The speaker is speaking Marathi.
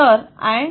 तर INTR5